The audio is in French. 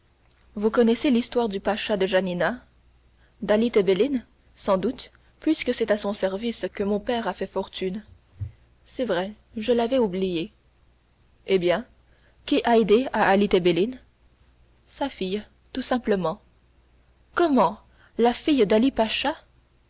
vous connaissez l'histoire du pacha de janina dali tebelin sans doute puisque c'est à son service que mon père a fait fortune c'est vrai je l'avais oublié eh bien qu'est haydée à ali tebelin sa fille tout simplement comment la fille d'ali-pacha